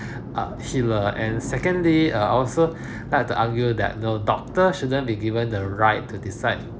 uh healer and secondly err also like to argue that you know doctor shouldn't be given the right to decide